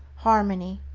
harmony,